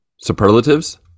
superlatives